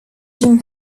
jim